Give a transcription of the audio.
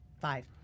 Five